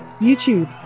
YouTube